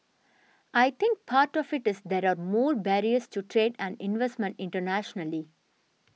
I think part of it is there are more barriers to trade and investment internationally